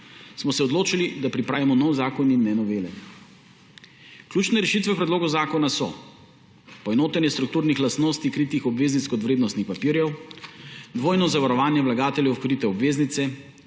smo se odločili, da pripravimo nov zakon in ne novele. Ključne rešitve v predlogu zakona so: poenotenje strukturnih lastnosti kritih obveznic kot vrednostnih papirjev, dvojno zavarovanje vlagateljev v krite obveznice,